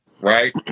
right